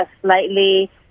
slightly